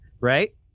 right